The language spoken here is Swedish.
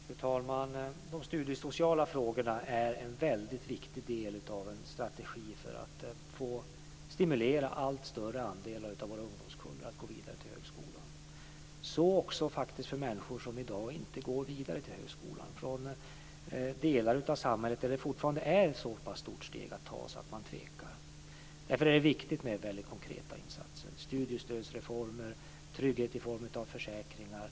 Fru talman! De studiesociala frågorna är en viktig del av en strategi för att stimulera en allt större andel av våra ungdomskullar att gå vidare till högskolan. Så också för människor som i dag inte går vidare till högskolan, från delar av samhället där det fortfarande är ett så pass stort steg att ta att man tvekar. Därför är det viktigt med konkreta insatser som studiestödsreformer och trygghet i form av försäkringar.